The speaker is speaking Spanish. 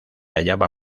hallaba